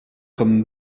comme